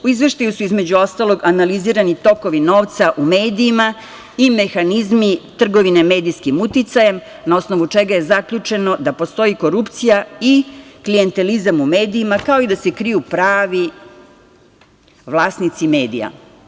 U Izveštaju su, između ostalog, analizirani tokovi novca u medijima i mehanizmi, trgovine medijskim uticajem na osnovu čega je zaključeno da postoji korupcija i klijentelizam u medijima, kao i da se kriju pravi vlasnici medija.